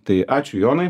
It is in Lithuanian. tai ačiū jonai